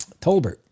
tolbert